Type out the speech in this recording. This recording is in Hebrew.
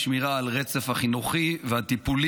פועלים ככל הניתן לשמירה על הרצף החינוכי והטיפולי